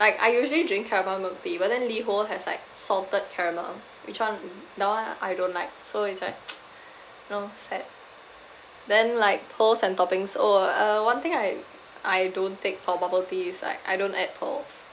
like I usually drink caramel milk tea but then liho has like salted caramel which one that [one] I don't like so it's like you know sad then like pearls and toppings oh uh one thing I I don't take for bubble tea is like I don't add pearls